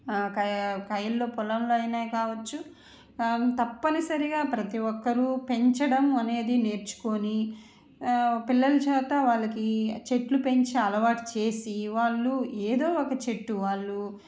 కై కయంలో పొలంలో అయిన కావచ్చు తప్పనిసరిగా ప్రతి ఒక్కరు పెంచడం అనేది నేర్చుకొని పిల్లల చేత వాళ్ళకి చెట్లు పెంచే అలవాటు చేసి వాళ్ళు ఏదో ఒక చెట్టు వాళ్ళు